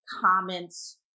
comments